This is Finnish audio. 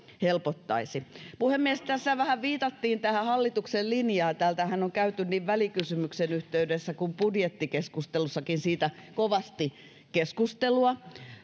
helpottaisi puhemies tässä vähän viitattiin tähän hallituksen linjaan täällähän on käyty niin välikysymyksen yhteydessä kuin budjettikeskustelussakin siitä kovasti keskustelua